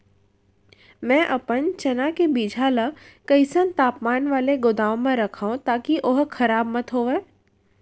मैं अपन चना के बीजहा ल कइसन तापमान वाले गोदाम म रखव ताकि ओहा खराब मत होवय?